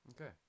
Okay